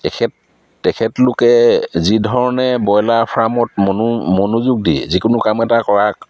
তেখেত তেখেতলোকে যিধৰণে ব্ৰইলাৰ ফাৰ্মত মনো মনোযোগ দিয়ে যিকোনো কাম এটা কৰাক